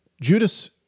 Judas